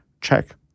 check